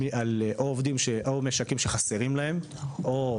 אני מדבר על משקים שחסרים להם עובדים,